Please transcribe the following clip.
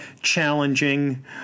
challenging